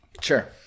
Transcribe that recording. Sure